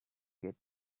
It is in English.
get